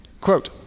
Quote